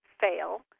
fail